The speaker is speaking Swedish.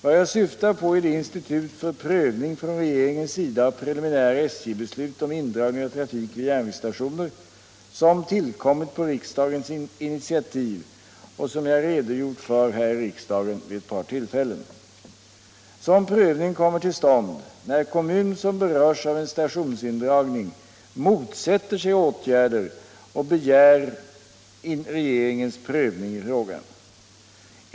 Vad jag syftar på är det institut för prövning från regeringens sida av preliminära SJ-beslut om indragning av trafik vid järnvägsstationer som tillkommit på riksdagens initiativ och som jag redogjort för här i riksdagen vid ett par tillfällen. Sådan prövning kommer till stånd, när kommun som berörs av en stationsindragning motsätter sig åtgärder och begär regeringens prövning i frågan.